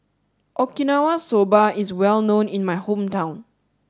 Okinawa Soba is well known in my hometown